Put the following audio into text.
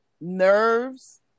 nerves